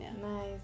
nice